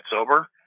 sober